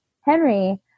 Henry